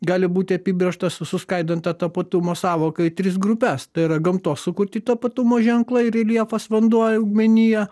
gali būti apibrėžtas suskaidant tą tapatumo sąvoką į tris grupes tai yra gamtos sukurti tapatumo ženklai reljefas vanduo augmenija